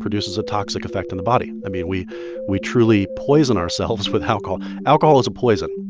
produces a toxic effect on the body. i mean, we we truly poison ourselves with alcohol. alcohol is a poison.